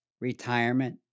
retirement